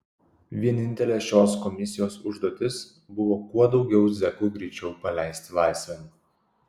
vienintelė šios komisijos užduotis buvo kuo daugiau zekų greičiau paleisti laisvėn